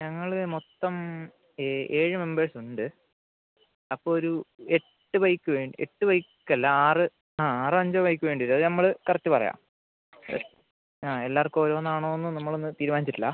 ഞങ്ങള് മൊത്തം എ ഏഴ് മെമ്പേഴ്സ് ഉണ്ട് അപ്പോൾ ഒരു എട്ട് ബൈക്ക് എട്ട് ബൈക്ക് അല്ല ആറ് ആ ആറോ അഞ്ചോ ബൈക്ക് വേണ്ടി വരും അത് നമ്മള് കറക്റ്റ് പറയാം ശരി ആ എല്ലാവർക്കും ഓരോന്ന് ആണോന്ന് നമ്മൾ ഒന്ന് തീരുമാനിച്ചിട്ടില്ല